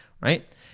right